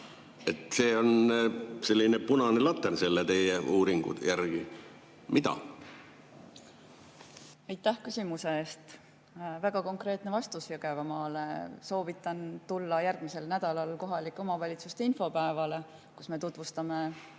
See on selline punane latern selle teie uuringu järgi. Mida? Aitäh küsimuse eest! Väga konkreetne vastus Jõgevamaale: ma soovitan tulla järgmisel nädalal kohalike omavalitsuste infopäevale, kus me tutvustame